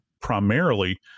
primarily